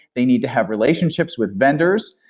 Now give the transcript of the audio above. they need to have relationships with vendors.